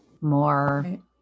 more